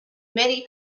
many